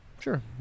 Sure